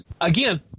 Again